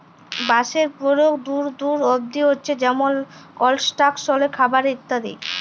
বাঁশের পরয়োগ দূর দূর অব্দি হছে যেমল কলস্ট্রাকশলে, খাবারে ইত্যাদি